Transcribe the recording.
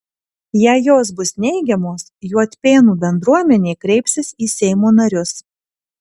jei jos bus neigiamos juodpėnų bendruomenė kreipsis į seimo narius